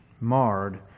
marred